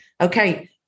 okay